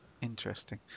Interesting